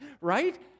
right